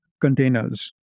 containers